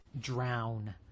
drown